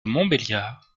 montbéliard